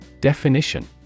Definition